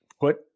put